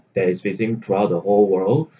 that is facing throughout the whole world